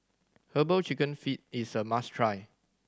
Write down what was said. Herbal Chicken Feet is a must try